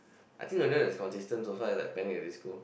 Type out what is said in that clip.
I think another one that is consistent also I like Panic At the Disco